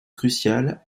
cruciale